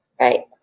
Right